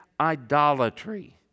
idolatry